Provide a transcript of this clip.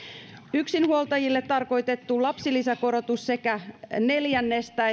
yksinhuoltajille tarkoitettu lapsilisäkorotus sekä neljännestä